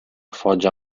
foggia